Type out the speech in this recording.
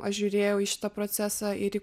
aš žiūrėjau į šitą procesą ir